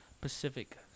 Pacific